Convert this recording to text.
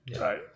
Right